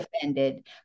offended